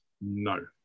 no